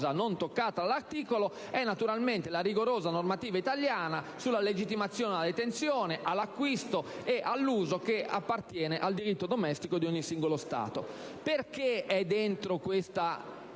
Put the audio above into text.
non toccato dall'articolo è la rigorosa normativa italiana sulla legittimazione alla detenzione, all'acquisto e all'uso che appartiene al diritto domestico di ogni singolo Stato. Perché questo articolo